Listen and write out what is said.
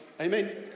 Amen